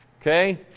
Okay